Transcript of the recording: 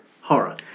horror